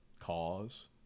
cause